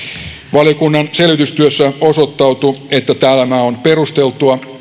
valiokunnan selvitystyössä osoittautui että tämä on perusteltua